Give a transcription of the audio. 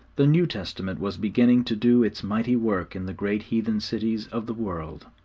the new testament was beginning to do its mighty work in the great heathen cities of the world.